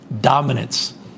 dominance